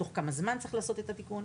תוך כמה זמן צריך לעשות את התיקון.